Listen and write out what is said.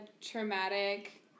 traumatic